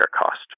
cost